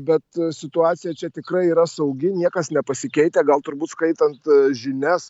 bet situacija čia tikrai yra saugi niekas nepasikeitę gal turbūt skaitant žinias